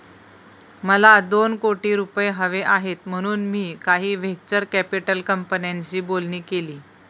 मला दोन कोटी रुपये हवे आहेत म्हणून मी काही व्हेंचर कॅपिटल कंपन्यांशी बोलणी केली